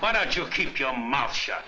why don't you keep your mouth shut